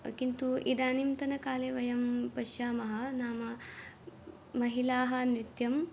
किन्तु इदानींतनकाले वयं पश्यामः नाम महिलाः नृत्यं